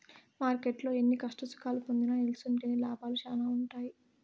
మార్కెట్టులో ఎన్ని కష్టసుఖాలు పొందినా నిల్సుంటేనే లాభాలు శానా ఉంటాయి